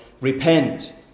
repent